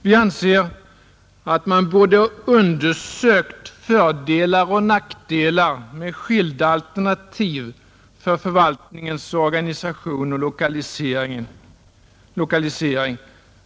Vi anser att man borde ha undersökt fördelar och nackdelar med skilda alternativ för förvaltningens organisation och lokalisering.